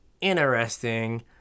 interesting